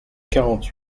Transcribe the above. quarante